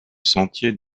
sentier